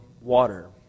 water